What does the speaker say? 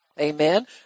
Amen